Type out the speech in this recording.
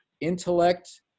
intellect